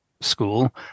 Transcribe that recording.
school